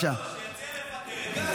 אני רוצה לענות לו, שיציע לפטר את גנץ.